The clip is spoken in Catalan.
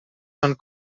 són